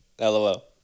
LOL